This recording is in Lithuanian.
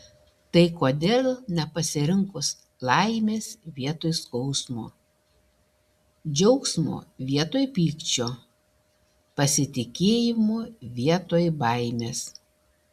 tai kodėl nepasirinkus laimės vietoj skausmo džiaugsmo vietoj pykčio pasitikėjimo vietoj baimės